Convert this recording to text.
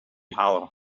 hollow